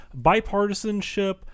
Bipartisanship